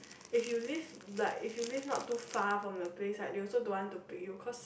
if you live like if you live not too far from the place right they also don't want to pick you cause